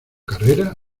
carrera